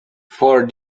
for